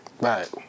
Right